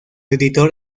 editor